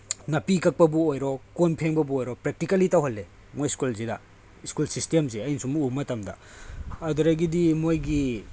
ꯅꯥꯄꯤ ꯀꯛꯄꯕꯨ ꯑꯣꯏꯔꯣ ꯀꯣꯟ ꯐꯦꯡꯕꯕꯨ ꯑꯣꯏꯔꯣ ꯄ꯭ꯔꯦꯛꯇꯤꯀꯜꯂꯤ ꯇꯧꯍꯜꯂꯦ ꯃꯣꯏ ꯁ꯭ꯀꯨꯜꯁꯤꯗ ꯁ꯭ꯀꯨꯜ ꯁꯤꯁꯇꯦꯝꯁꯦ ꯑꯩꯅ ꯁꯨꯝ ꯎꯕ ꯃꯇꯝꯗ ꯑꯗꯨꯗꯒꯤꯗꯤ ꯃꯣꯏꯒꯤ